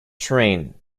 terrain